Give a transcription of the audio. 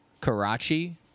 Karachi